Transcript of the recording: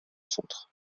centre